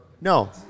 No